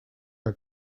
our